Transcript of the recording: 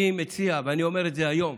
אני מציע, ואני אומר את זה היום,